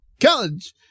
College